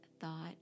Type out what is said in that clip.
thought